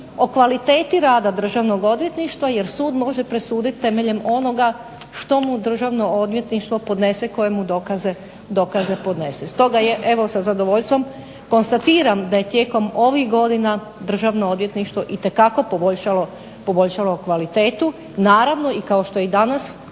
o kvaliteti rada državnog odvjetništva jer sud može presuditi temeljem onoga što mu državno odvjetništvo podnese, koje mu dokaze podnese. Stoga ja evo sa zadovoljstvom konstatiram da je tijekom ovih godina državno odvjetništvo itekako poboljšalo kvalitetu, naravno i kao što je i danas